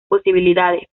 posibilidades